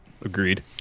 Agreed